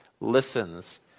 listens